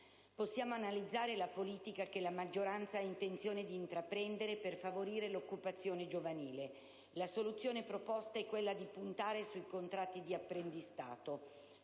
Possiamo analizzare la politica che la maggioranza ha intenzione di intraprendere per favorire l'occupazione giovanile. La soluzione proposta è quella di puntare sui contratti di apprendistato,